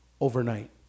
overnight